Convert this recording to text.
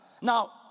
Now